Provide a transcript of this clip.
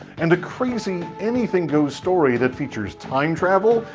and a crazy anything-goes story that features time travel,